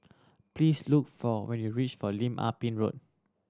please look for when you reach for Lim Ah Pin Road